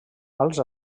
als